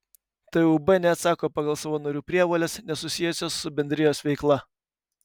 tūb neatsako pagal savo narių prievoles nesusijusias su bendrijos veikla